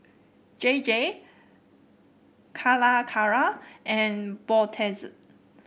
J J Calacara and Brotzeit